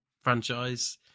franchise